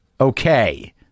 Okay